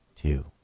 two